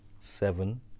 seven